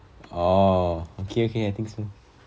oh okay okay I think so